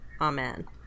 Amen